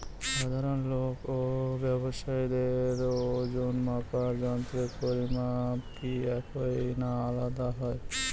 সাধারণ লোক ও ব্যাবসায়ীদের ওজনমাপার যন্ত্রের পরিমাপ কি একই না আলাদা হয়?